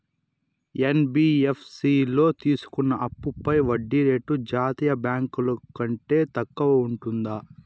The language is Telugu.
యన్.బి.యఫ్.సి లో తీసుకున్న అప్పుపై వడ్డీ రేటు జాతీయ బ్యాంకు ల కంటే తక్కువ ఉంటుందా?